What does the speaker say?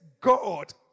God